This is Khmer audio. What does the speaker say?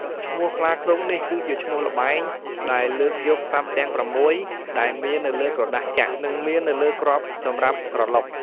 ឈ្មោះ "ខ្លាឃ្លោក" នេះគឺជាឈ្មោះល្បែង ដែលលើកយកសត្វទាំងប្រាំមួយ ដែលមាននៅលើក្រដាសចាក់ និងមាននៅលើគ្រាប់សម្រាប់ក្រឡុក។